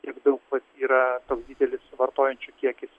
tiek daug yra toks didelis vartojančių kiekis